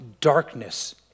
darkness